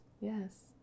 Yes